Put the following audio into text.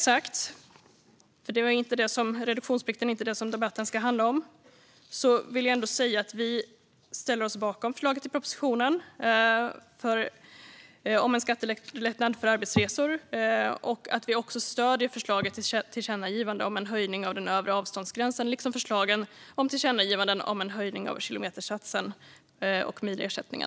Även om reduktionsplikten inte är det som debatten ska handla om vill jag ändå säga att vi ställer oss bakom förslaget i propositionen om en skattelättnad för arbetsresor och att vi också stöder förslaget om ett tillkännagivande om en höjning av den övre avståndsgränsen, liksom förslagen om tillkännagivanden om en höjning av kilometersatsen och milersättningen.